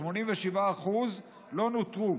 87% לא נוטרו.